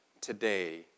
today